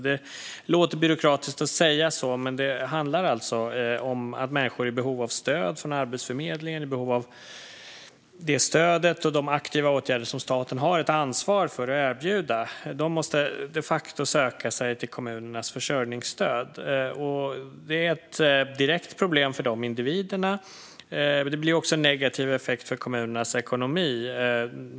Det låter byråkratiskt, men det handlar alltså om att människor i behov av stöd från Arbetsförmedlingen och det stöd och de aktiva åtgärder som staten har ett ansvar för att erbjuda de facto måste söka sig till kommunernas försörjningsstöd. Det är ett direkt problem för dessa individer, men det får också en negativ effekt på kommunernas ekonomi.